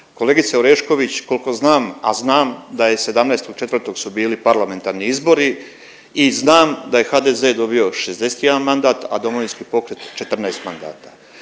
Kolegice Orešković koliko znam, a znam da je 17.04. su bili parlamentarni izbori i znam da je HDZ dobio 61 mandat, a Domovinski pokret 14 mandata.